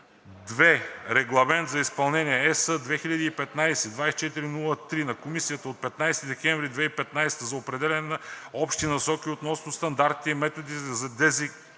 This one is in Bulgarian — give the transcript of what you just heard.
2. Регламент за изпълнение (ЕС) 2015/2403 на Комисията от 15 декември 2015 г. за определяне на общи насоки относно стандартите и методите за